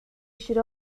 should